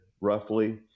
roughly